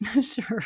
Sure